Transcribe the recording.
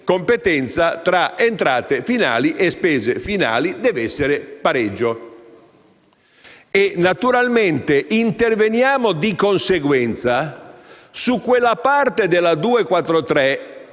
competenza tra entrate finali e spese finali deve essere in pareggio. Naturalmente, interveniamo di conseguenza su quella parte della